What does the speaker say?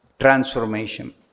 transformation